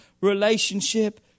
relationship